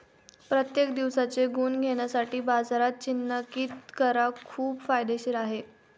प्रत्येक दिवसाचे गुण घेण्यासाठी बाजारात चिन्हांकित करा खूप फायदेशीर आहे